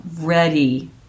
ready